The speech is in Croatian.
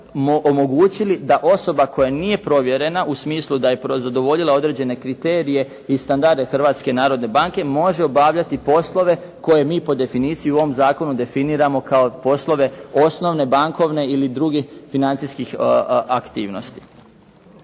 da osoba koja nije provjerena, u smislu da je prozadovoljila određene kriterije i standarde Hrvatske narodne banke može obavljati poslove koje mi po definiciji u ovom zakonu definiramo kao poslove osnovne bankovne ili drugih financijskih aktivnosti.